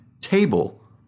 table